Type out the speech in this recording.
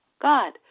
God